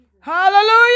Hallelujah